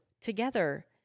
together